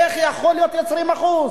איך יכול להיות 20%?